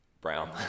Brown